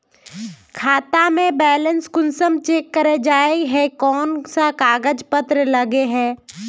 खाता में बैलेंस कुंसम चेक करे जाय है कोन कोन सा कागज पत्र लगे है?